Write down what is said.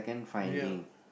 yup